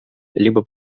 либо